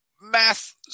math